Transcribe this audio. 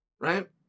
Right